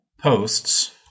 posts